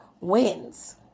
wins